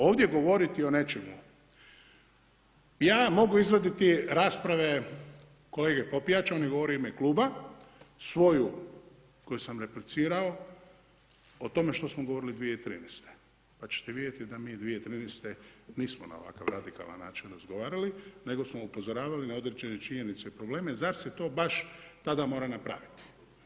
Ovdje govoriti o nečemu, ja mogu izvaditi rasprave kolege Popijača on je govorio u ime Kluba, svoju koju sam replicirao o tome što smo govorili 2013. pa ćete vidjeti da mi 2013. nismo na ovakav radikalan način razgovarali, nego smo upozoravali na određene činjenice i probleme zar se to baš tada mora napraviti.